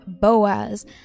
boaz